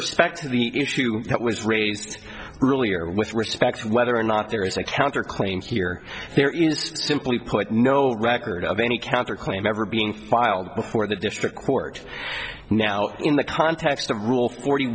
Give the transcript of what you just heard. respect to the issue that was raised earlier with respect to whether or not there is a counter claims here there is simply put no record of any counter claim ever being filed before the district court now in the context of rule forty